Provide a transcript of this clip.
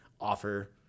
offer